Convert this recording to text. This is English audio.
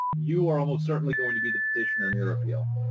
you are almost certainly going to be the petitioner in your appeal.